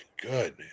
good